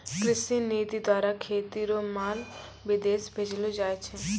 कृषि नीति द्वारा खेती रो माल विदेश भेजलो जाय छै